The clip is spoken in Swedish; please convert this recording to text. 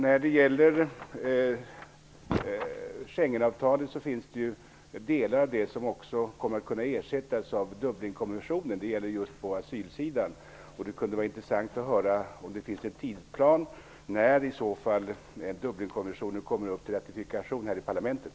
När det gäller Schengenavtalet finns det delar av det som kommer att kunna ersättas av Dublinkonventionen. Det gäller just på asylområdet. Det kunde vara intressant att höra om det finns en tidplan och när i så fall Dublinkonventionen kommer upp till ratifikation här i parlamentet.